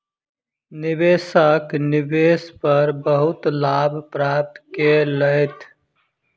निवेशक निवेश पर बहुत लाभ प्राप्त केलैथ